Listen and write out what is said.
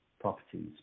properties